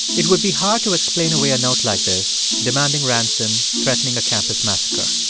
it would be hard to explain away a note like this demanding ransom, threatening a campus massacre.